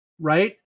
right